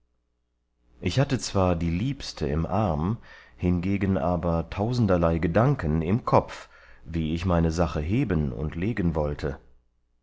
ich hatte zwar die liebste im arm hingegen aber tausenderlei gedanken im kopf wie ich meine sache heben und legen wollte